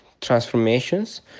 transformations